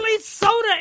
soda